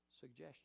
suggestion